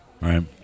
Right